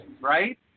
right